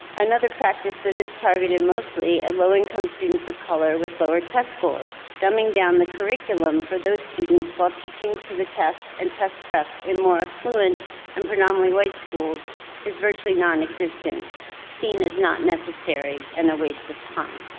another practice that is targeted mostly at and low-income students of color with lower test scores, dumbing down the curriculum for those students while teaching to the test and test prep in more affluent and predominately white schools is virtually non-existent seen as not necessary and a waste of time.